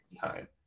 time